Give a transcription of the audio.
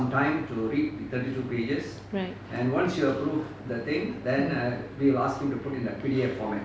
right